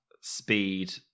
speed